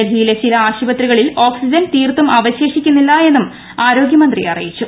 ഡൽഹിയിലെ ചില ആശുപത്രികളിൽ ഓക്സിജൻ തീർത്തും അവശേഷിക്കുന്നില്ലെന്നും ആരോഗ്യ മന്ത്രി അറിയിച്ചു